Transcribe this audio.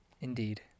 Indeed